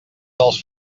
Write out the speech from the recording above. dels